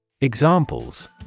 Examples